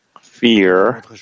fear